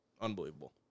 unbelievable